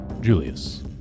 Julius